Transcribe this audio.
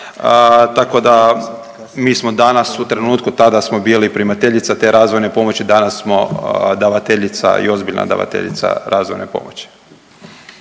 tako da mi smo danas u trenutku, tada smo bili primateljica te razvojne pomoći, danas smo davateljica i ozbiljna davateljica razvojne pomoći.